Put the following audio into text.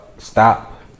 Stop